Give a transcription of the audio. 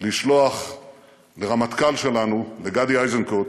לשלוח לרמטכ"ל שלנו, לגדי איזנקוט,